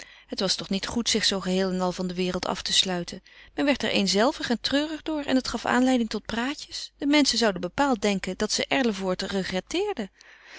het was toch niet goed zich zoo geheel en al van de wereld af te sluiten men werd er eenzelvig en treurig door en het gaf aanleiding tot praatjes de menschen zouden bepaald denken dat ze erlevoort